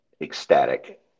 ecstatic